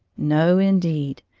no, indeed!